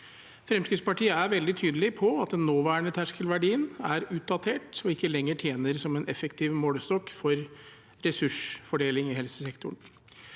Fremskrittspartiet er veldig tydelig på at den nåværende terskelverdien er utdatert og ikke lenger tjener som en effektiv målestokk for ressursfordeling i helsesektoren.